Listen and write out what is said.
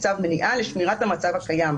לצו מניעה לשמירת המצב הקיים.